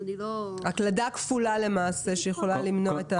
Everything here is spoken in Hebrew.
למעשה זאת הקלדה כפולה שיכולה למנוע את הטעות.